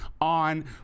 On